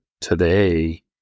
today